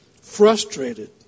frustrated